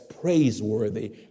praiseworthy